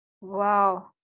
Wow